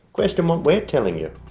question what we're telling you.